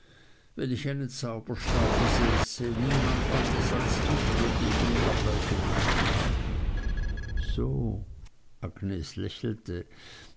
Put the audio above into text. wenn ich einen zauberstab besäße niemand anders als dich würde ich mir herbeigewünscht haben so agnes lächelte